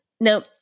Now